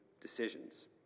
decisions